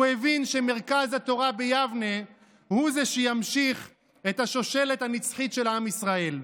הוא הבין שמרכז התורה ביבנה הוא שימשיך את השושלת הנצחית של עם ישראל.